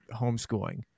homeschooling